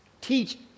teach